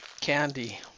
candy